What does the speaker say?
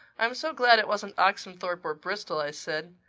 i'm so glad it wasn't oxenthorpe or bristol, i said.